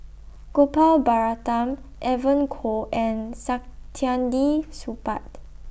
Gopal Baratham Evon Kow and Saktiandi Supaat